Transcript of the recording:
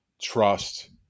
trust